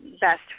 best